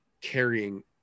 carrying